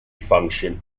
function